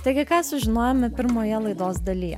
taigi ką sužinojome pirmoje laidos dalyje